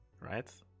Right